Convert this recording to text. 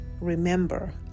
Remember